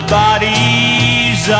bodies